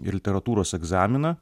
ir literatūros egzaminą